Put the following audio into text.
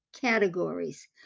categories